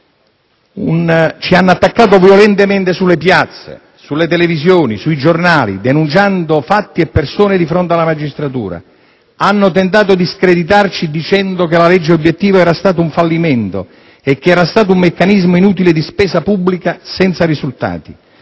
Ci hanno attaccato violentemente, sulle piazze, sulle televisioni, sui giornali, denunciando fatti e persone di fronte alla magistratura. Hanno tentato di screditarci, dicendo che la legge obiettivo era stata un fallimento e che era stata un meccanismo inutile di spesa pubblica senza risultati.